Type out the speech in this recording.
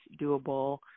doable